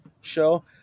show